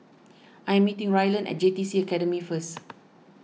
I am meeting Ryland at J TC Academy first